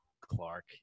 Clark